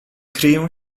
kryją